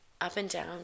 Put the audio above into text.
up-and-down